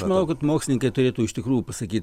manau kad mokslininkai turėtų iš tikrųjų pasakyt